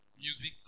music